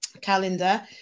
calendar